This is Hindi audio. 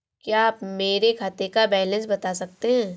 क्या आप मेरे खाते का बैलेंस बता सकते हैं?